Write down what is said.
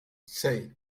sei